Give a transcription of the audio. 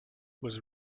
was